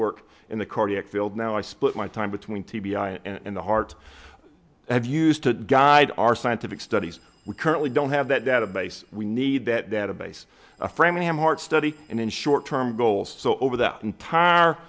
work in the cardiac field now i split my time between t b i and in the heart i have used to guide our scientific studies we currently don't have that database we need that database framingham heart study and in short term goals so over the entire